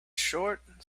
short